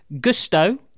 Gusto